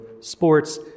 sports